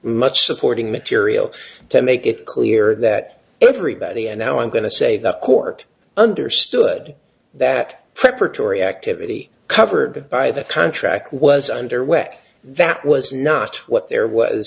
much supporting material to make it clear that everybody and now i'm going to say the court understood that preparatory activity covered by the contract was underway that was not what there was